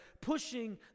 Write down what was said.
pushing